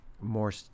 more